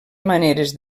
maneres